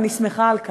ואני שמחה על כך.